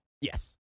Yes